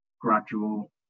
gradual